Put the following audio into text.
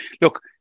Look